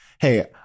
Hey